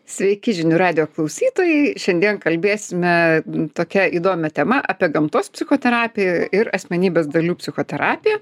sveiki žinių radijo klausytojai šiandien kalbėsime tokia įdomia tema apie gamtos psichoterapiją ir asmenybės dalių psichoterapiją